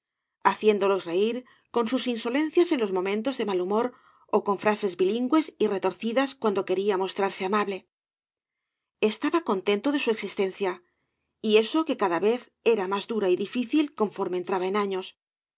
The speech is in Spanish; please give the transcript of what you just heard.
haciéndolos reír con sus insolencias en los momentos de mal humor ó con frases bilingües y retorcidas cuando quería mostrarse amable estaba contento de su existencia y eso que cada vez era más dura y difícil conforme entraba en años